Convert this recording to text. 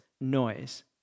noise